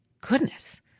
Goodness